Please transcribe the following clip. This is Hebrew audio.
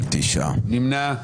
מי נמנע?